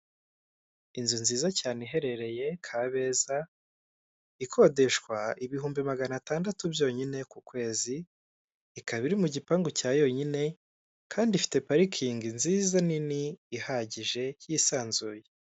Inzu nziza cyane iherereye Kabeza ikodeshwa ibihumbi magana atandatu byonyine ku kwezi ikaba iri mu gipangu cya yonyine kandi ifite parikingi nziza nini ihagije yisanzuye.